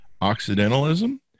Occidentalism